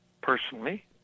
personally